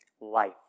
life